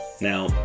Now